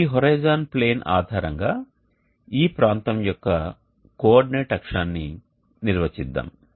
ఈ horizon plane ఆధారంగా ఈ ప్రాంతం యొక్క కోఆర్డినేట్ అక్షాన్ని నిర్వచిద్దాం